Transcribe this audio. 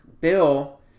Bill